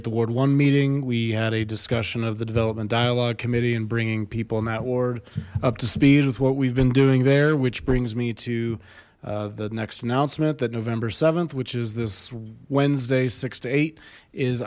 at the ward one meeting we had a discussion of the development dialogue committee and bringing people in that ward up to speed with what we've been doing there which brings me to the next announcement that november th which is this wednesday six to eight is